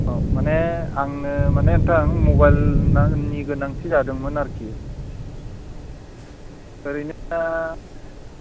औ माने आंनो माने नोंथां मबाइलनि गोनांथि जादोंमोन आरोखि ओरैनो दा